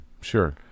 Sure